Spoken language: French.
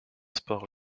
sport